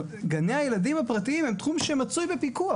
גני הילדים הפרטיים הם תחום שמצוי בפיקוח.